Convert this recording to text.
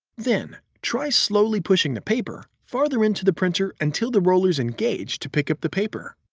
then, try slowly pushing the paper farther into the printer until the rollers engage to pick up the paper.